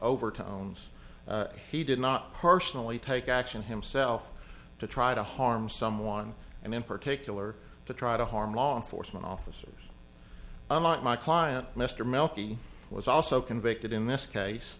overtones he did not personally take action himself to try to harm someone and in particular to try to harm law enforcement officers i'm not my client mr melky was also convicted in this case